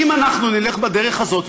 אם אנחנו נלך בדרך הזאת,